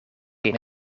een